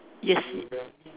yes